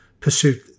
pursued